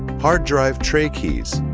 hard drive tray keys,